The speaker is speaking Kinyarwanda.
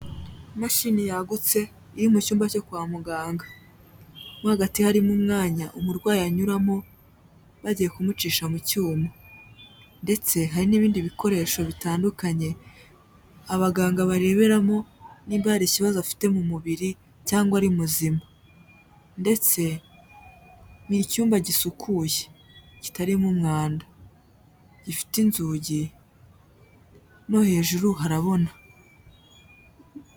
Imashini yagutse iri mu cyumba cyo kwa muganga, mo hagati harimo umwanya umurwayi anyuramo bagiye kumucisha mu cyuma, ndetse hari n'ibindi bikoresho bitandukanye abaganga bareberamo niba hari ikibazo afite mu mubiri cyangwa ari muzima, ndetse ni icyumba gisukuye kitarimo umwanda, gifite inzugi no hejuru harabona.